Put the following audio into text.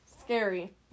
scary